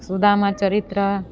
Sudama Charitra